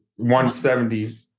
170